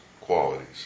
qualities